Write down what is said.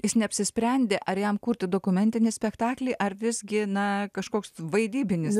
jis neapsisprendė ar jam kurti dokumentinį spektaklį ar visgi na kažkoks vaidybinis